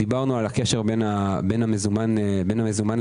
דיברנו על הקשר בין המזומן לפשיעה,